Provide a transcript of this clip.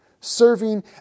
Serving